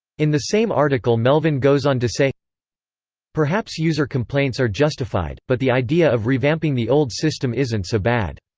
in the same article melvin goes on to say perhaps user complaints are justified, but the idea of revamping the old system isn't so bad.